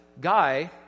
guy